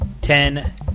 ten